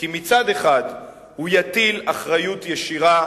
כי מצד אחד הוא יטיל אחריות ישירה,